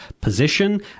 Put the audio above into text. position